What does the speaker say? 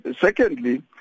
Secondly